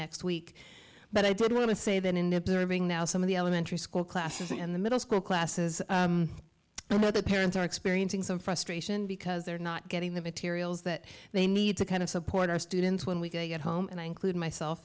next week but i did want to say that in observing now some of the elementary school classes and the middle school classes you know the parents are experiencing some frustration because they're not getting the materials that they need to kind of support our students when we get home and i include myself